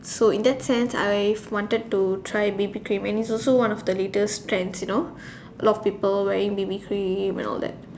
so in that sense I've wanted to try B_B cream and it's also one of the latest trends you know a lot of people wearing B_B cream and all that